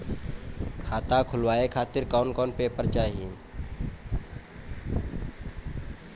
खाता खुलवाए खातिर कौन कौन पेपर चाहीं?